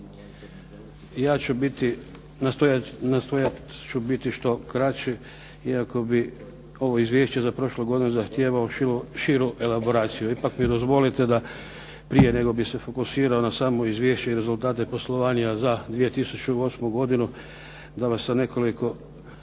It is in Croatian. Ja ću biti, nastojat ću biti što kraći, iako bi ovo izvješće za prošlu godinu zahtijevao širu elaboraciju. Ipak mi dozvolite da prije nego bih se fokusirao na samo izvješće i rezultate poslovanja za 2008. godinu, da vas sa nekoliko